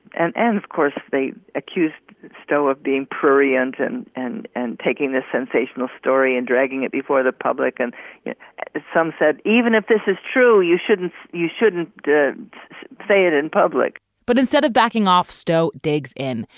and and of course, they accused stoll of being prurient and and and taking this sensational story and dragging it before the public. and yet some said even if this is true, you shouldn't you shouldn't say it in public but instead of backing off, stoat digs in.